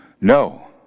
No